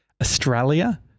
australia